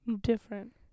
Different